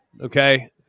Okay